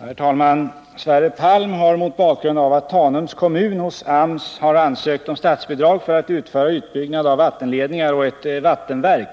Herr talman! Sverre Palm har, mot bakgrund av att Tanums kommun hos AMS har ansökt om statsbidrag för att utföra utbyggnad av vattenledningar och ett vattenverk,